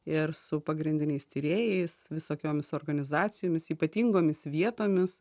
ir su pagrindiniais tyrėjais visokiomis organizacijomis ypatingomis vietomis